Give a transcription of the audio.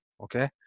okay